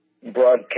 broadcast